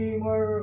more